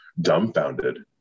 dumbfounded